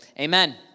Amen